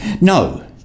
no